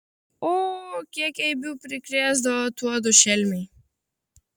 o kiek eibių prikrėsdavo tuodu šelmiai